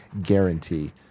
guarantee